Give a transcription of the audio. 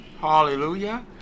hallelujah